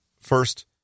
First